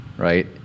Right